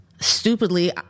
stupidly